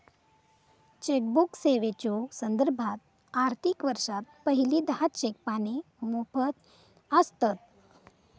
chequebook सेवेच्यो संदर्भात, आर्थिक वर्षात पहिली दहा चेक पाने मोफत आसतत